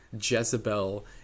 Jezebel